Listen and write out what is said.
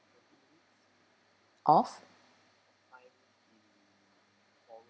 of